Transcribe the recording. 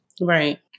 Right